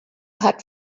hat